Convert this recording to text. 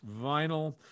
vinyl